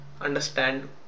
understand